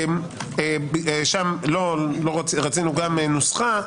לא משנה איך נכנס ברגע שנכנס.